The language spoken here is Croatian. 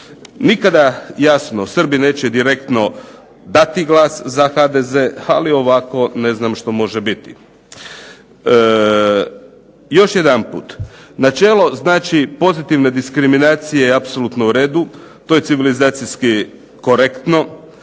Nikada jasno, Srbi neće direktno dati glas za HDZ ali ovako ne znam što može biti. Još jedanput načelo znači pozitivne diskriminacije je potpuno u redu, to je civilizacijski korektno.